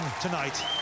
tonight